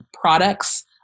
products